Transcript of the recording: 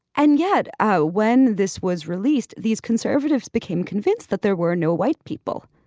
and yet oh when this was released these conservatives became convinced that there were no white people.